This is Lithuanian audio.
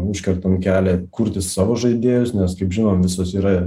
užkertant kelią kurti savo žaidėjus nes kaip žinom visos yra